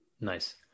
nice